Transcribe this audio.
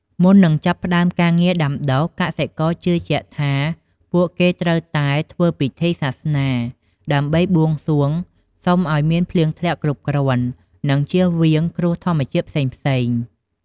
មុននឹងចាប់ផ្តើមការងារដាំដុះ កសិករជឿជាក់ថាពួកគេត្រូវតែធ្វើពិធីសាសនា ដើម្បីបួងសួងសុំឱ្យមានភ្លៀងធ្លាក់គ្រប់គ្រាន់ និងជៀសវាងគ្រោះធម្មជាតិផ្សេងៗ។